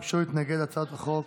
ביקשו להתנגד להצעות החוק